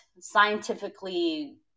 scientifically